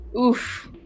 Oof